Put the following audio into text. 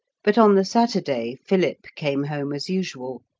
but on the saturday philip came home as usual,